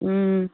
ꯎꯝ